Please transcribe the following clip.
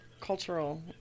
cultural